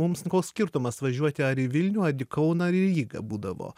mums koks skirtumas važiuoti ar į vilnių kauną ar į rygą būdavo